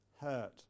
hurt